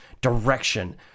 direction